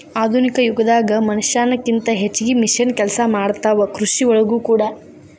ಆಧುನಿಕ ಯುಗದಾಗ ಮನಷ್ಯಾನ ಕಿಂತ ಹೆಚಗಿ ಮಿಷನ್ ಕೆಲಸಾ ಮಾಡತಾವ ಕೃಷಿ ಒಳಗೂ ಕೂಡಾ